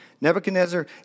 Nebuchadnezzar